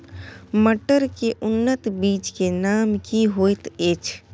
मटर के उन्नत बीज के नाम की होयत ऐछ?